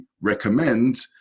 recommend